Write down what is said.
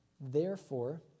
Therefore